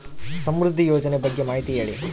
ಸಮೃದ್ಧಿ ಯೋಜನೆ ಬಗ್ಗೆ ಮಾಹಿತಿ ಹೇಳಿ?